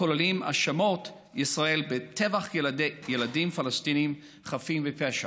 הכוללים האשמות ישראל בטבח ילדים פלסטינים חפים מפשע.